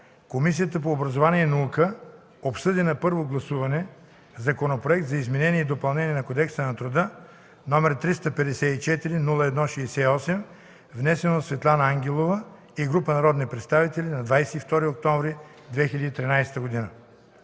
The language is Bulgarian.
Комисията по образованието и науката обсъди на първо гласуване Законопроект за изменение и допълнение на Кодекса на труда, № 354-01-68, внесен от Светлана Ангелова и група народни представители на 22 октомври 2013 г.